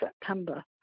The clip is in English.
September